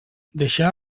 deixà